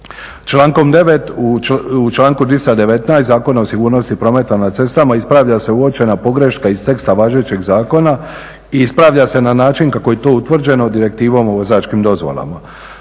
Člankom 9. u članku 219. Zakona o sigurnosti prometa na cestama ispravlja se uočena pogreška iz teksta važećeg zakona i ispravlja se na način kako je to utvrđeno Direktivom o vozačkim dozvolama.